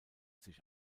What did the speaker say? sich